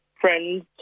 friends